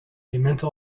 mental